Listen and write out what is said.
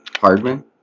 Hardman